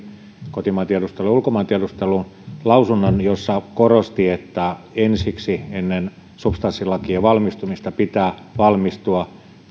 kotimaan tiedusteluun ja ulkomaan tiedusteluun lausunnon jossa korosti että ensiksi ennen substanssilakien valmistumista pitää valmistua